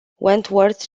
wentworth